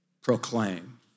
Proclaim